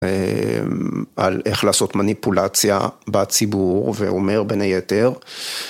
על איך לעשות מניפולציה בציבור ואומר בין היתר.